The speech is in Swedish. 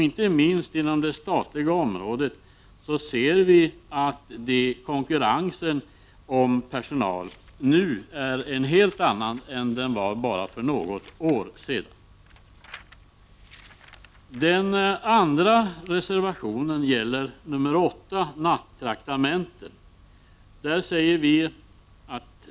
Inte minst inom det statliga området ser vi att konkurrensen om personal nu är en helt annan än den var bara för något år sedan. I den andra reservationen, nr 8, tas frågan om nattraktamenten upp.